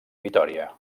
vitòria